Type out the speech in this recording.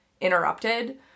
interrupted